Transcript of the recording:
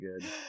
good